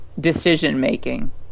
decision-making